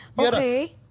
Okay